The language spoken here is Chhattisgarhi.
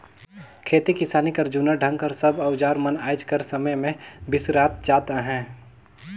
खेती किसानी कर जूना ढंग कर सब अउजार मन आएज कर समे मे बिसरात जात अहे